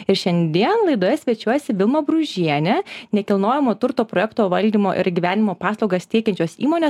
ir šiandien laidoje svečiuojasi vilma bružienė nekilnojamo turto projekto valdymo ir įgyvendinimo paslaugas teikiančios įmonės